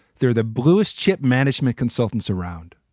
they're the bluest chip management consultants around.